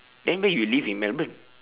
then where you live in melbourne